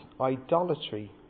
idolatry